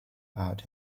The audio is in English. out